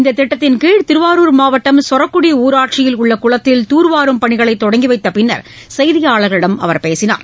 இந்த திட்டத்தின்கீழ் திருவாரூர் மாவட்டம் சொரக்குடி ஊராட்சியில் உள்ள குளத்தில் தார்வாரும் பணிகளை தொடங்கி வைத்தப் பின்னர் செய்தியாளர்களிடம் அவர் பேசினார்